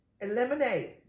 eliminate